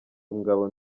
umugabo